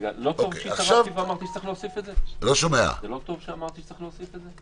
זה לא טוב שאמרתי שצריך להוסיף את זה?